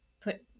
put